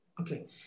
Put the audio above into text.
Okay